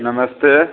नमस्ते